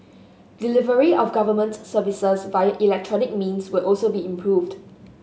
delivery of government services via electronic means will also be improved